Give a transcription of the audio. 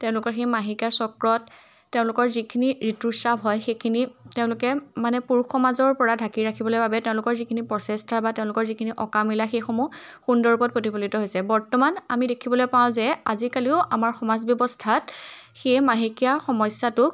তেওঁলোকৰ সেই মাহেকীয়াৰ চক্ৰত তেওঁলোকৰ যিখিনি ঋতুস্ৰাৱ হয় সেইখিনি তেওঁলোকে মানে পুৰুষ সমাজৰ পৰা ঢাকি ৰাখিবলৈ বাবে তেওঁলোকৰ যিখিনি প্ৰচেষ্টা বা তেওঁলোকৰ যিখিনি অকামিলা সেইসমূহ সুন্দৰ ওপৰত প্ৰতিফলিত হৈছে বৰ্তমান আমি দেখিবলৈ পাওঁ যে আজিকালিও আমাৰ সমাজ ব্যৱস্থাত সেই মাহেকীয়া সমস্যাটোক